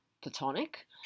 Platonic